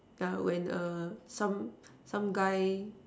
but when err some some guy